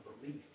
belief